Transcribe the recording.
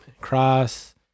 cross